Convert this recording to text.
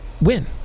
win